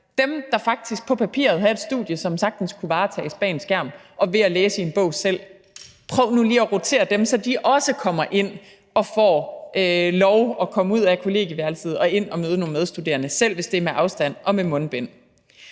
dem, der faktisk på papiret havde et studie, som sagtens kunne varetages bag en skærm og ved at læse i en bog selv – skulle vi også prøve at rotere, så de også får lov til at komme ud af kollegieværelset og møde nogle medstuderende, selv hvis det er med afstand og med mundbind.